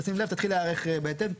תשים לב, תיערך בהתאם.